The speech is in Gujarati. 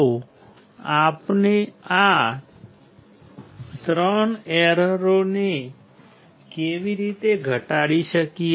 તો આપણે આ 3 એરરોને કેવી રીતે ઘટાડી શકીએ